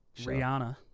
Rihanna